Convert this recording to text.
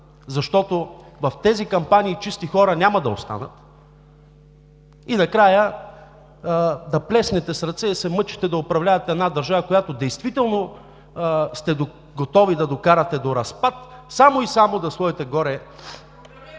защото в тези кампании чисти хора няма да останат, и накрая да плеснете с ръце и да се мъчите да управлявате една държава, която действително сте готови да докарате до разпад, само и само да сложите горе